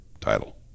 title